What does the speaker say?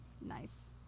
Nice